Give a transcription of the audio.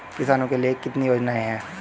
किसानों के लिए कितनी योजनाएं हैं?